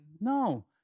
no